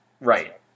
Right